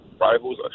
Rivals